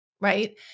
right